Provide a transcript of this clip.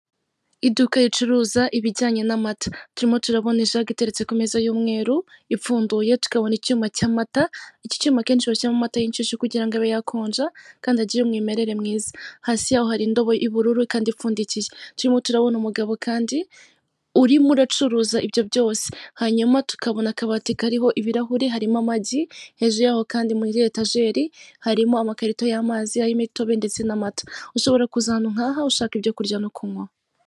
Iduka ricuruza ibijyanye n'amata, turimo turabona ijage iteretse ku meza y'umweru, ipfunduye, tukabona icyuma cy'amata, iki cyuma ekenshi bashyiramo amata y'inshyushyu kugira ngo ibe yakonja kandi agire umwimerere mwiza, hasi yaho hari indobo y'ubururu kandi ipfundikiye, turimo turabona umugabo kandi urimo uracuruza ibyo byose, hanyuma tukabona akabati kariho ibirahuri harimo amagi, hejuru yaho kandi muri etajeri harimo amakarito y'amazi, ay'imitobe ndetse n'amata, ushobora kuza ahantu nkaha ushaka ibyo kurya no kunywa.